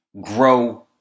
grow